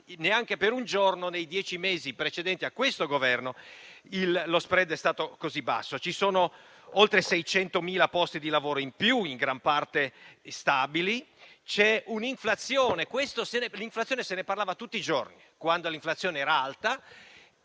neanche per un giorno, nei dieci mesi precedenti a questo Governo lo *spread* è stato così basso. Ci sono oltre 600.000 posti di lavoro in più, in gran parte stabili. C'è l'inflazione: se ne parlava tutti i giorni, quando era alta;